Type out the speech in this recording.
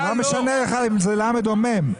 מה משנה לך אם זה ל' או מ'?